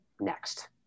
next